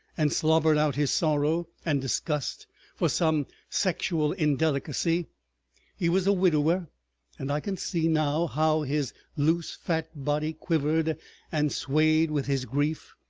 and slobbered out his sorrow and disgust for some sexual indelicacy he was a widower and i can see now how his loose fat body quivered and swayed with his grief.